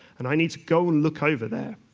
and i need to go and look over there.